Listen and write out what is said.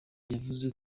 yavuze